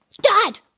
Dad